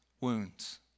wounds